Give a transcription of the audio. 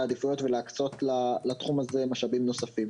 העדיפויות ולהקצות לתחום הזה משאבים נוספים.